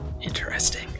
interesting